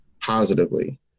positively